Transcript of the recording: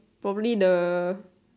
probably the